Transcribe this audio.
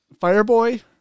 Fireboy